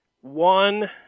One